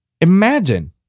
imagine